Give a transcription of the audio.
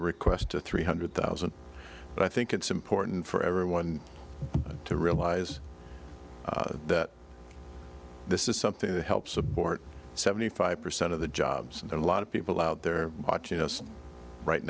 request to three hundred thousand but i think it's important for everyone to realize that this is something that helps support seventy five percent of the jobs and a lot of people out there watching us right